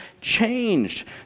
changed